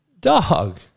Dog